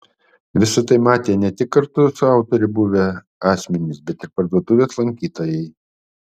visa tai matė ne tik kartu su autore buvę asmenys bet ir parduotuvės lankytojai